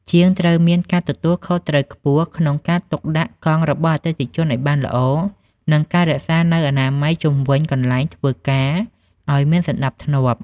ជាងត្រូវមានការទទួលខុសត្រូវខ្ពស់ក្នុងការទុកដាក់កង់របស់អតិថិជនឱ្យបានល្អ និងការរក្សានូវអនាម័យជុំវិញកន្លែងធ្វើការឱ្យមានសណ្តាប់ធ្នាប់។